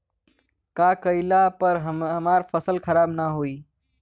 का कइला पर हमार फसल खराब ना होयी?